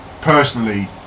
personally